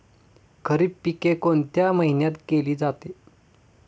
खरीप पिके कोणत्या महिन्यात केली जाते?